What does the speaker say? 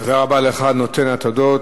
תודה רבה לך, נותן התודות.